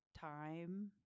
time